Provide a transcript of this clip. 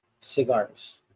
cigars